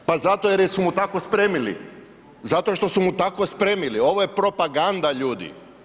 Pa zato jer su mu tako spremili, zato što su mu tako spremili, ovo je propaganda ljudi.